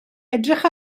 edrych